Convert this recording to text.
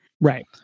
Right